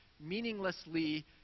meaninglessly